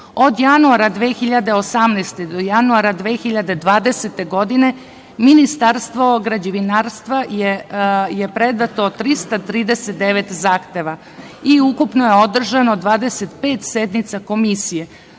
januara 2018. do januara 2020. godine Ministarstvu građevinarstva je predato 339 zahteva. Ukupno je održano 25 sednica Komisije.